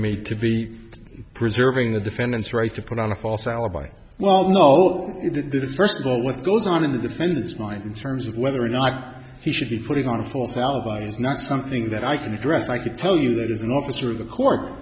me to be preserving the defendant's right to put on a false alibi well no this is first of all what goes on in the family's mind in terms of whether or not he should be putting on a false alibi is not something that i can address i could tell you that as an officer of the court